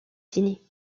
dîner